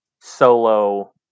solo